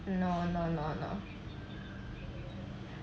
no no no no